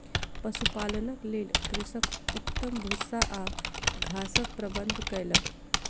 पशुपालनक लेल कृषक उत्तम भूस्सा आ घासक प्रबंध कयलक